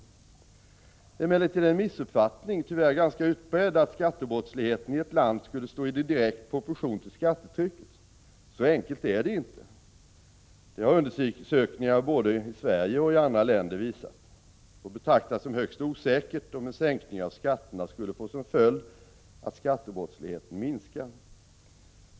Det är emellertid en missuppfattning — tyvärr ganska utbredd — att skattebrottsligheten i ett land skulle stå i direkt proportion till skattetrycket. Så enkelt är det inte. Det har undersökningar både i Sverige och i andra länder visat. Det får betraktas som högst osäkert om en sänkning av skatterna skulle få som följd att skattebrottsligheten minskar.